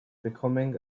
becoming